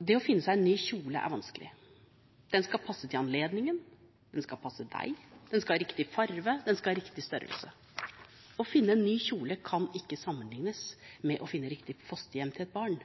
Det å finne seg en ny kjole er vanskelig. Den skal passe til anledningen, den skal passe deg, den skal ha riktig farge, den skal ha riktig størrelse. Å finne en ny kjole kan ikke sammenlignes med å finne riktig fosterhjem til et barn,